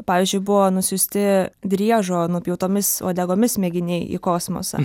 pavyzdžiui buvo nusiųsti driežo nupjautomis uodegomis mėginiai į kosmosą